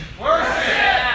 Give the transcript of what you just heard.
Worship